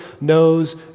knows